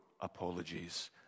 apologies